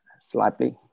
slightly